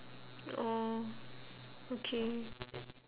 orh okay